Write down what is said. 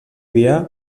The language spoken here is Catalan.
dia